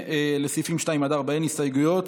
לסעיפים 2 4 אין הסתייגות.